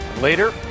Later